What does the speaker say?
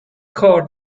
cord